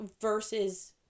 versus